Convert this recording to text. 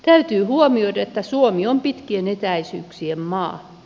täytyy huomioida että suomi on pitkien etäisyyksien maa